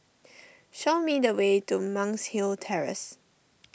show me the way to Monk's Hill Terrace